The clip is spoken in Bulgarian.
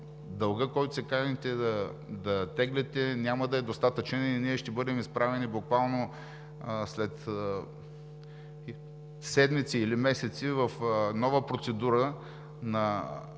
дългът, който се каните да теглите, няма да е достатъчен. Ние ще бъдем изправени буквално след седмици или месеци в процедура на